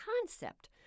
concept